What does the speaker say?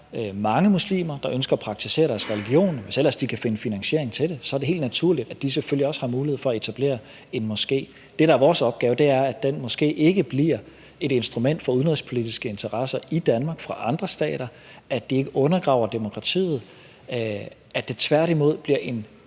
mange muslimer, der ønsker at praktisere deres religion, hvis ellers de kan finde finansiering til det, så synes jeg, det er helt naturligt, at de selvfølgelig også har mulighed for etablere en moské. Det, der er vores opgave, er, at den moské ikke bliver et instrument for udenrigspolitiske interesser i Danmark fra andre stater, at det ikke undergraver demokratiet, og at det tværtimod bliver en